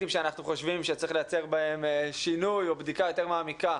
שאנחנו חושבים שצריך לייצר בהם שינוי או בדיקה יותר מעמיקה